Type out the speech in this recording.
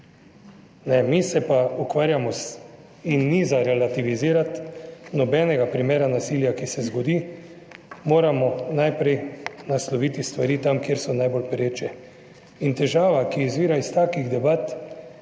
mi se pa ukvarjamo in ni za relativizirati nobenega primera nasilja, ki se zgodi, moramo najprej nasloviti stvari tam, kjer so najbolj pereče. In težava, ki izvira iz takih debat